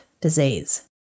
disease